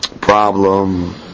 problem